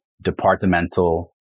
departmental